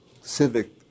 civic